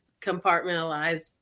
compartmentalized